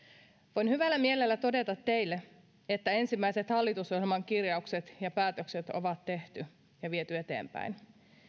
voin hyvällä mielellä todeta teille että ensimmäiset hallitusohjelman kirjaukset ja päätökset on tehty ja viety eteenpäin